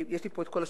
יש לי פה כל השמות.